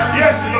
yes